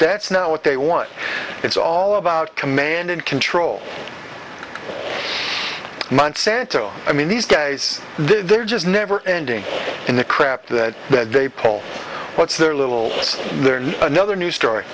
that's not what they want it's all about command and control monsanto i mean these guys they're just never ending in the crap that that they pull what's their little another new story